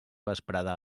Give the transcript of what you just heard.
vesprada